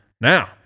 Now